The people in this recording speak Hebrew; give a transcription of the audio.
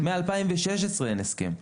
מאז שנת 2016 אין הסכם שכזה.